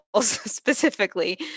specifically